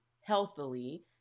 healthily